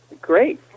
great